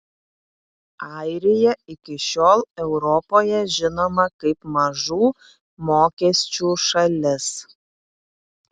airija iki šiol europoje žinoma kaip mažų mokesčių šalis